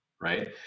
Right